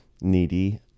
Needy